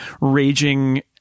raging